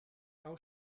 how